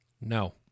no